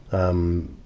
um,